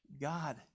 God